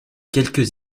quelques